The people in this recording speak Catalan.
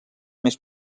més